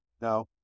No